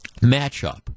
matchup